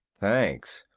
thanks!